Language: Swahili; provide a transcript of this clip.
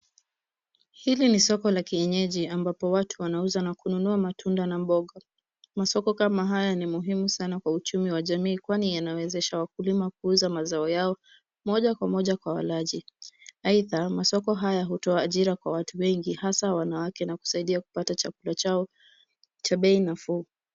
Hili ni soko la kienyeji ambapo watu wanauza na kununua matunda na mboga. Masoko kama haya ni muhimu sana kwa uchumi wa jamii kwani yanawezesha wakulima kuuza mazao yao moja kwa moja kwa walaji. Aidha, masoko haya hutoa ajira kwa watu wengi hasa wanawake na kusaidia kupata chakula chao cha bei nafuu.